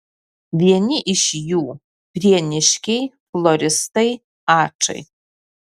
vieni iš jų prieniškiai floristai ačai